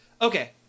Okay